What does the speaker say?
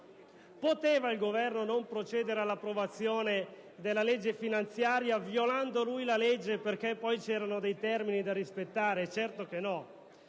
Poteva il Governo non procedere all'approvazione della legge finanziaria violando esso stesso la legge, perché poi c'erano dei termini da rispettare? Certo che no.